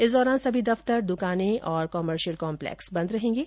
इस दौरान सभी दफ्तर दुकानें और कमर्शियल कंपलेक्स बंद रहेंगे